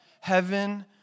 Heaven